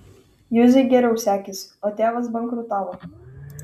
juzei geriau sekėsi o tėvas bankrutavo